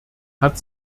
hat